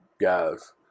guys